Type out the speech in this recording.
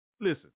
Listen